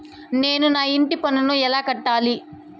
నేను నా ఇంటి పన్నును ఎలా కట్టాలి?